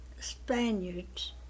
Spaniards